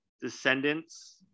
descendants